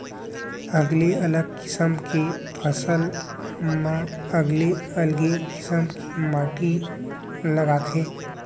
अलगे अलग किसम के फसल म अलगे अलगे किसम के माटी लागथे